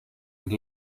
and